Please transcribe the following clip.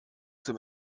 zum